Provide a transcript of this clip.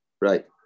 Right